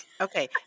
Okay